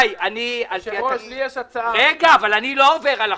רבותיי, אני לא עובר על החוק.